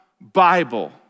Bible